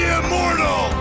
immortal